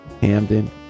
Hamden